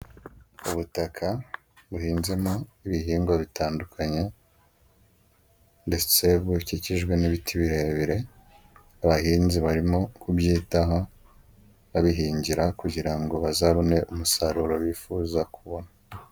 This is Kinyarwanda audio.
Ubutaka buhinzemo ibihingwa bitandukanye, ndetse bukikijwe n'ibiti birebire, abahinzi barimo kubyitaho, babihingira kugira ngo bazabone umusaruro bifuza kubona.